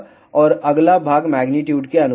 और अगला भाग मेग्नीट्यूड के अनुरूप है